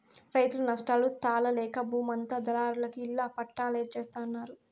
రైతులు నష్టాలు తాళలేక బూమంతా దళారులకి ఇళ్ళ పట్టాల్జేత్తన్నారు